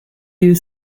you